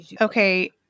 Okay